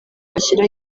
ashyiraho